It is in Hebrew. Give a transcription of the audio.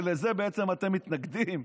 ולזה בעצם אתם מתנגדים.